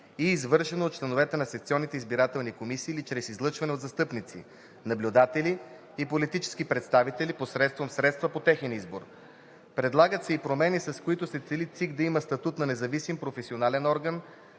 и извършено от членовете на секционните избирателни комисии или чрез излъчване от застъпници, наблюдатели и политически представители посредством средства по техен избор. Предлагат се и промени, с които се цели ЦИК да има статут на независим професионален орган,